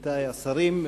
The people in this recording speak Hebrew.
עמיתי השרים,